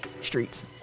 Streets